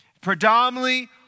Predominantly